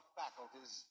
faculties